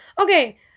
Okay